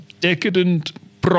Decadent